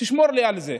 שמור לי על זה,